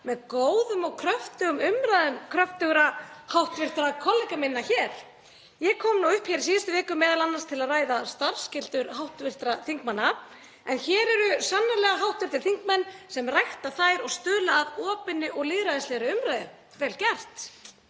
góðum og kröftugum umræðum kröftugra háttvirtra kollega minna hér. Ég kom nú upp hér í síðustu viku til að ræða m.a. starfsskyldur hv. þingmanna, en hér eru sannarlega hv. þingmenn sem rækja þær og stuðla að opinni og lýðræðislegri umræðu. Vel gert.